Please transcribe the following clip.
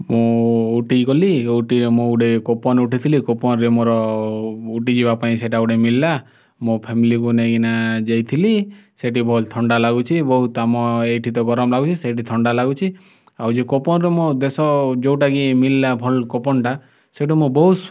ମୁଁ ଉଟିକି ଗଲି ଉଟିରେ ମୁଁ ଗୋଟେ କୁପନ୍ ଉଠାଇଥିଲି କୁପନ୍ରେ ମୋର ଉଟି ଯିବା ପାଇଁ ସେଟା ଗୋଟେ ମିଲଲା ମୋ ଫ୍ୟାମିଲିକୁ ନେଇକିନା ଯାଇଥିଲି ସେଇଠି ଭଲ ଥଣ୍ଡା ଲାଗୁଛି ବହୁତ ଆମ ଏଇଠି ତ ଗରମ ଲାଗୁଛି ସେଇଠି ଥଣ୍ଡା ଲାଗୁଛି ଆଉ ଯେଉଁ କୁପନ୍ରେ ମୋର ଦେଶ ଯେଉଁଟା କି ମିଲଲା ଭଲ କୋପନ୍ଟା ସେଇଠୁ ମୁଁ ବହୁତ